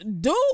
Dude